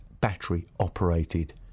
battery-operated